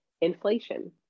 inflation